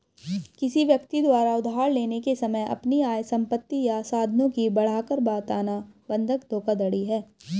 किसी व्यक्ति द्वारा उधार लेने के समय अपनी आय, संपत्ति या साधनों की बढ़ाकर बताना बंधक धोखाधड़ी है